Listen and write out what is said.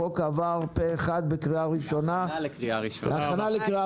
החוק עבר פה אחד בהכנה לקריאה ראשונה.